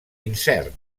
incert